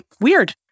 weird